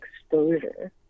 exposure